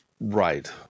Right